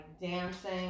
dancing